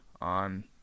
on